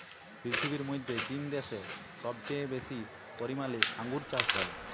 পীরথিবীর মধ্যে চীন দ্যাশে সবচেয়ে বেশি পরিমালে আঙ্গুর চাস হ্যয়